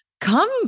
come